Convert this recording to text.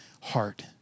heart